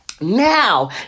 Now